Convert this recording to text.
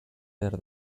behar